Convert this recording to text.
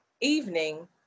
evening